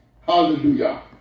Hallelujah